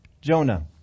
Jonah